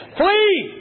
flee